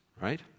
Right